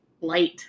light